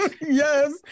Yes